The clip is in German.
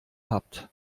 habt